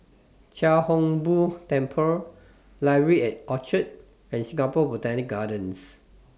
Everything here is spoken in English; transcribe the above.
Chia Hung Boo Temple Library At Orchard and Singapore Botanic Gardens